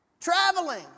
traveling